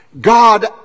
God